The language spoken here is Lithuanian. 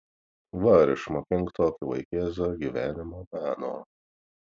va ir išmokink tokį vaikėzą gyvenimo meno